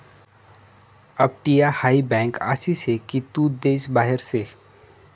अपटीया हाय बँक आसी से की तू देश बाहेर से